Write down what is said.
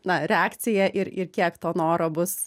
na reakcija ir ir kiek to noro bus